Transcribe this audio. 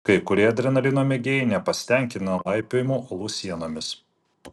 kai kurie adrenalino mėgėjai nepasitenkina laipiojimu uolų sienomis